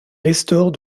restaure